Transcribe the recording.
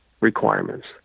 requirements